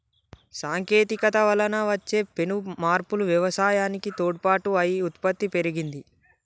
సాంకేతికత వలన వచ్చే పెను మార్పులు వ్యవసాయానికి తోడ్పాటు అయి ఉత్పత్తి పెరిగింది